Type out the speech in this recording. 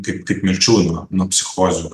kaip kaip mirčių nuo nuo psichozių